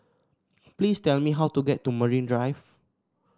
please tell me how to get to Marine Drive